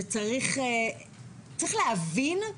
זה הכול ארגוני הסביבה שלא הסכימו,